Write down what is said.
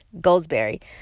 Goldsberry